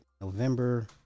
November